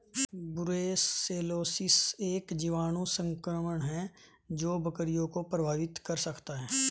brucellosis एक जीवाणु संक्रमण है जो बकरियों को प्रभावित कर सकता है